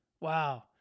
Wow